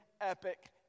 epic